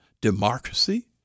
democracy